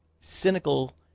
cynical